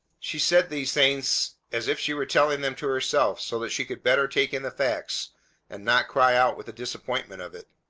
she said these things as if she were telling them to herself so that she could better take in the facts and not cry out with the disappointment of it.